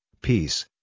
peace